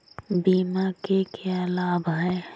बीमा के क्या लाभ हैं?